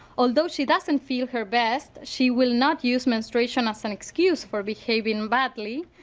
although she doesn't feel her best she will not use menstruation as an excuse for behaving badly.